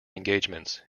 engagements